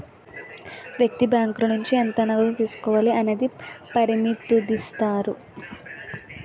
వ్యక్తి బ్యాంకుల నుంచి ఎంత నగదు తీసుకోవాలి అనేది పరిమితుదిస్తారు